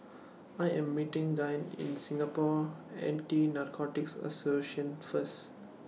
I Am meeting Gavyn in Singapore Anti Narcotics Association First